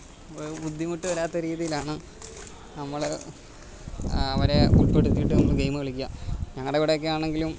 ബുദ്ധിമുട്ട് വരാത്ത രീതിയിലാണ് നമ്മൾ അവരെ ഉൾപ്പെടുത്തിയിട്ട് നമ്മൾ ഗെയിമ് കളിക്കുക ഞങ്ങളുടെ അവിടെയൊക്കെയാണെങ്കിലും